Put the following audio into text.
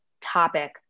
topic